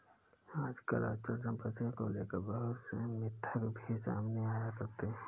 आजकल अचल सम्पत्ति को लेकर बहुत से मिथक भी सामने आया करते हैं